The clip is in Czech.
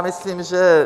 Myslím, že...